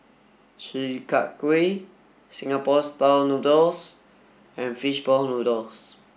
Chi kak kuih singapore style noodles and fish ball noodles